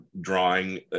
drawing